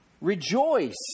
Rejoice